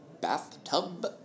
bathtub